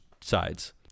sides